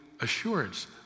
Assurance